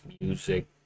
music